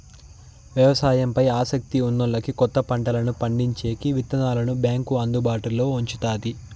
వ్యవసాయం పై ఆసక్తి ఉన్నోల్లకి కొత్త పంటలను పండించేకి విత్తనాలను బ్యాంకు అందుబాటులో ఉంచుతాది